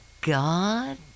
God